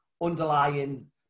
underlying